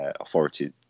authorities